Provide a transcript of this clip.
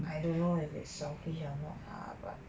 I don't know if is selfish or not lah but